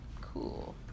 Cool